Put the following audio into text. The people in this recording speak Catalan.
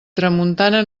tramuntana